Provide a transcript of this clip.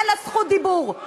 אין לה זכות דיבור.